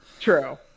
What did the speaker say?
True